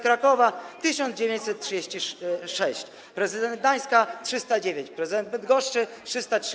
Krakowa - 1936, prezydent Gdańska - 309, prezydent Bydgoszczy - 303.